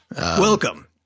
Welcome